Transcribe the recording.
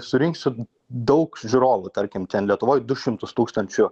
surinksiu daug žiūrovų tarkim lietuvoj du šimtus tūkstančių